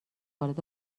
وارد